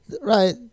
right